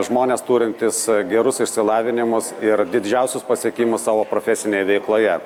žmonės turintys gerus išsilavinimus ir didžiausius pasiekimus savo profesinėje veikloje